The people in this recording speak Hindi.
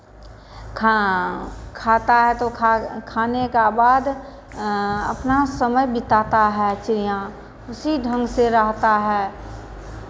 खां खाता है तो खा खाने का बाद अपना समय बिताता है चिड़ियाँ उसी ढंग से रहता है